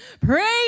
praise